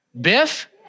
Biff